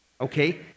Okay